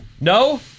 No